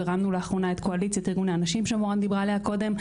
הרמנו לאחרונה את קואליציית ארגוני הנשים שמורן דיברה עליה קודם.